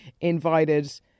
invited